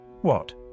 What